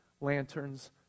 lanterns